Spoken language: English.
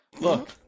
Look